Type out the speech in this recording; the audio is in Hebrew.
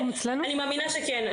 אני מאמינה שכן.